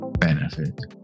Benefit